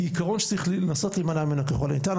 היא עיקרון שצריך להימנע ממנה ככל הניתן.